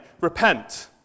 repent